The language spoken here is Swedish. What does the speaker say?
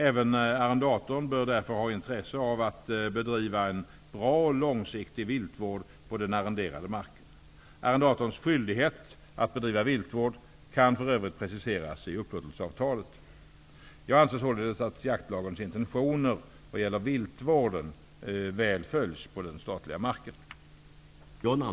Även arrendatorn bör därför ha intresse av att bedriva en bra och långsiktig viltvård på den arrenderade marken. Arrendatorns skyldighet att bedriva viltvård kan för övrigt preciseras i upplåtelseavtalet. Jag anser således att jaktlagens intentioner vad gäller viltvården väl följs på den statliga marken.